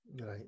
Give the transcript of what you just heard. Right